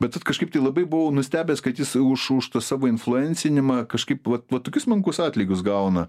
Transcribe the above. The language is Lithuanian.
bet vat kažkaip tai labai buvau nustebęs kad jis už už tą savo influencinimą kažkaip vat vat tokius menkus atlygius gauna